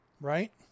Right